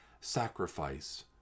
sacrifice